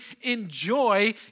enjoy